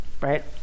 right